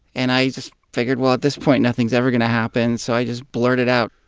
and i just figured, well, at this point, nothing's ever going to happen. so i just blurted out,